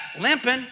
limping